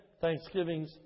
thanksgivings